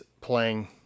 playing